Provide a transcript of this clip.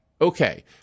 Okay